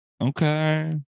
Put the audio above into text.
okay